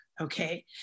Okay